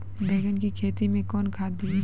बैंगन की खेती मैं कौन खाद दिए?